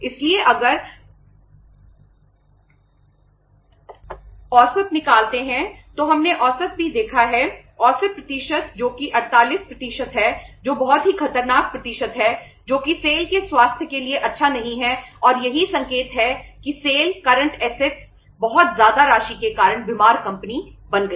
इसलिए अगर औसत निकालते हैं तो हमने औसत भी देखा है औसत प्रतिशत जो कि 48 है जो बहुत ही खतरनाक प्रतिशत है जो कि सेल की बहुत ज्यादा राशि के कारण बीमार कंपनी बन गई